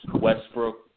Westbrook